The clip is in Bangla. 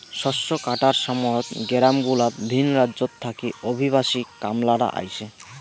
শস্য কাটার সময়ত গেরামগুলাত ভিন রাজ্যত থাকি অভিবাসী কামলারা আইসে